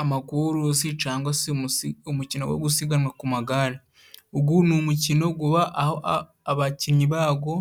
Amakurusi cyangwa se umukino wo gusiganwa ku magare. Ugu ni umukino uba aho abakinnyi bawo